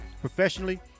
professionally